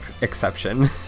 exception